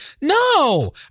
no